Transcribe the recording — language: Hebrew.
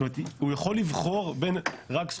זאת אומרת הוא יכול לבחור רק בין זכויות